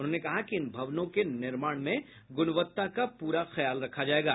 उन्होंने कहा कि इन भवनों के निर्माण में गुणवत्ता का पूरा ख्याल रखा जायेगा